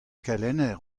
kelenner